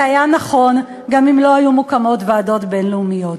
זה היה נכון גם אם לא היו מוקמות ועדות בין-לאומיות.